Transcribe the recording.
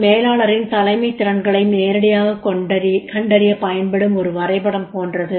இது மேலாளரின் தலைமைத் திறன்களை நேரடியாகக் கண்டறியப் பயன்படும் ஒரு வரைபடம் போன்றது